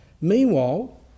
Meanwhile